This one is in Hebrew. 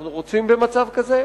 אנחנו רוצים במצב כזה,